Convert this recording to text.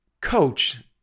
coach